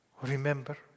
Remember